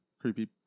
creepy